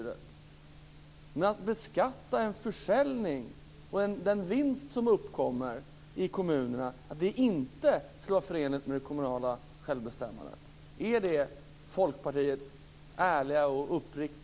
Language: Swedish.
Är det Folkpartiets ärliga och uppriktiga mening att beskattning av försäljning och den vinst som uppkommer i kommunerna inte är förenlig med det kommunala självbestämmandet?